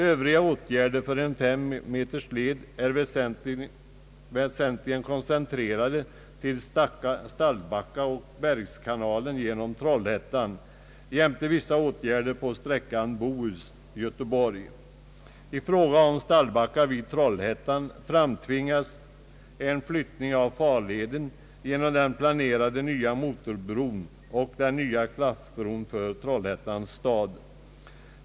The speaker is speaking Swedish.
Övriga åtgärder för en 5 meters led är väsentligen koncentrerade till Stallbacka och bergskanalen genom Trollhättan jämte vissa åtgärder på sträckan Bohus—Göteborg. I fråga om Stallbacka vid Trollhättan framtvingas en flyttning av farleden genom den planerade nya motorvägsbron och den nya klaffbron för Trollhättans stad.